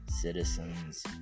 citizens